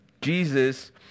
Jesus